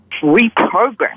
reprogram